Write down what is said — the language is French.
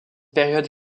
période